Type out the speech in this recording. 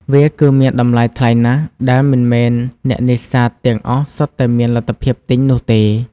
វាគឺមានតម្លៃថ្លៃណាស់ដែលមិនមែនអ្នកនេសាទទាំងអស់សុទ្ធតែមានលទ្ធភាពទិញនោះទេ។